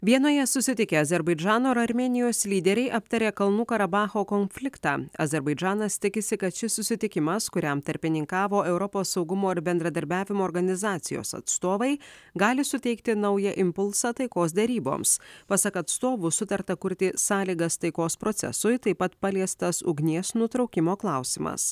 vienoje susitikę azerbaidžano ir armėnijos lyderiai aptarė kalnų karabacho konfliktą azerbaidžanas tikisi kad šis susitikimas kuriam tarpininkavo europos saugumo ir bendradarbiavimo organizacijos atstovai gali suteikti naują impulsą taikos deryboms pasak atstovų sutarta kurti sąlygas taikos procesui taip pat paliestas ugnies nutraukimo klausimas